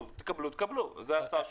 זאת ההצעה שלי.